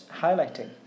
highlighting